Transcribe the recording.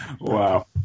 wow